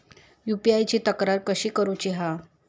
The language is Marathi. यू.पी.आय ची तक्रार कशी करुची हा?